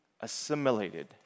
assimilated